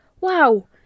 wow